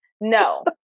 no